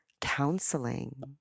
counseling